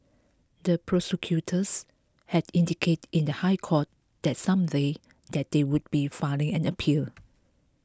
the prosecutors had indicated in the High Court that same day that they would be filing an appeal